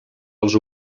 els